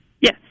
yes